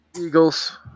Eagles